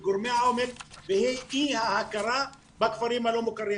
בגורמי העומק והיא אי-ההכרה בכפרים הלא מוכרים.